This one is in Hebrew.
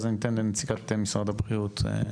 ואז אני אתן לנציגת משרד הבריאות.